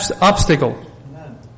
obstacle